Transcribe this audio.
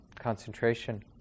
concentration